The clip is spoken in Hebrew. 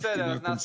בסדר.